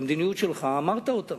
והמדיניות שלך, אמרת אותה: